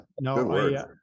No